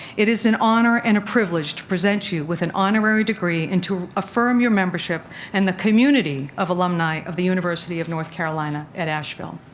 it is an honor and a privilege to present you with an honorary degree and to affirm your membership in and the community of alumni of the university of north carolina at asheville.